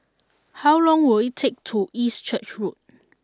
how long will it take to walk to East Church Road